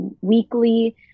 weekly